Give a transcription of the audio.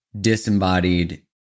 disembodied